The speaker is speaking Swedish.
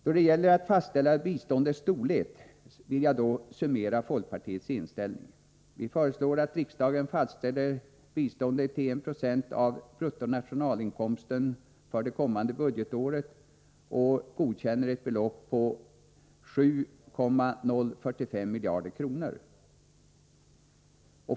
Då det gäller att fastställa biståndets storlek summerar jag folkpartiets inställning: Vi föreslår att riksdagen fastställer biståndet till 1 26 av bruttonationalinkomsten för det kommande budgetåret och godkänner ett belopp på 7,045 miljarder kronor.